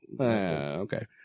okay